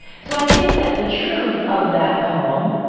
so i think that the truth of that poem